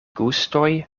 gustoj